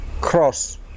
cross